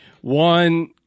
one